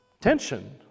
tension